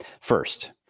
first